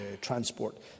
transport